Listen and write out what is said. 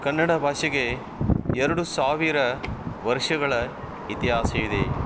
ಕನ್ನಡ ಭಾಷೆಗೆ ಎರಡು ಸಾವಿರ ವರ್ಷಗಳ ಇತಿಹಾಸವಿದೆ